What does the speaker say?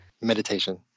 Meditation